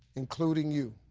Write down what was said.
including you.